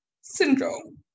syndrome